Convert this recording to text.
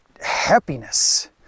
happiness